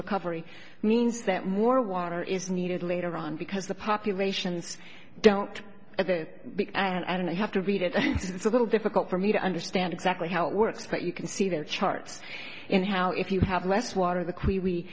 recovery means that more water is needed later on because the populations don't at that and i have to read it it's a little difficult for me to understand exactly how it works but you can see the charts and how if you have less water the que